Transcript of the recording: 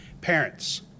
Parents